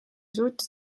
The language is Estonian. suutis